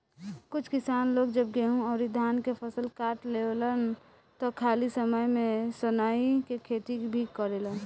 कुछ किसान लोग जब गेंहू अउरी धान के फसल काट लेवेलन त खाली समय में सनइ के खेती भी करेलेन